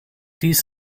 dies